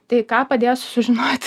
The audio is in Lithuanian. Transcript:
tai ką padėjo sužinot